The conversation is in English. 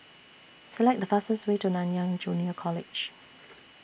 Select The fastest Way to Nanyang Junior College